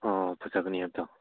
ꯑꯣ ꯐꯖꯕꯅꯤ ꯍꯥꯏꯕꯗꯣ